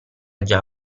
già